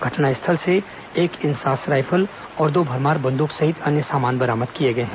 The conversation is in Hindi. घटनास्थल से एक इंसास राइफल और दो भरमार बंद्क सहित अन्य सामान बरामद किए गए हैं